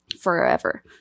forever